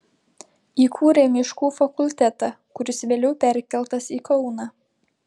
įkūrė miškų fakultetą kuris vėliau perkeltas į kauną